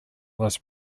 was